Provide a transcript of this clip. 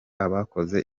abakoze